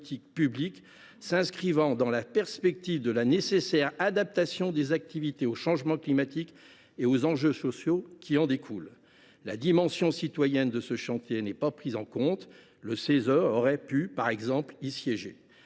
publique s’inscrivant dans la perspective de la nécessaire adaptation des activités au changement climatique et aux enjeux sociaux qui en découlent ? La dimension citoyenne de ce chantier n’est pas prise en compte. Le Conseil économique,